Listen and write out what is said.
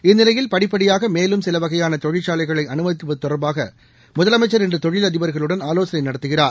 இந்நிலையில்படிப்படியாகமேலும்சிலவகையானதொழிற்சாலைகளைஅலு மதிப்பதுதொடர்பாகமுதலமைச்சர்இன்றுதொழில்அதிபர்களுடன்ஆலோசனைநட த்துகிறார்